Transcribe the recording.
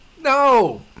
no